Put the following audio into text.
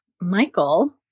Michael